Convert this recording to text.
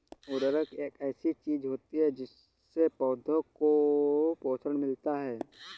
उर्वरक एक ऐसी चीज होती है जिससे पौधों को पोषण मिलता है